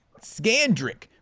Scandrick